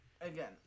again